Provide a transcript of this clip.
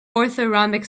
orthorhombic